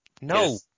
No